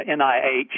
NIH